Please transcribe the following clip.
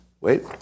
Wait